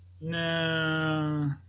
no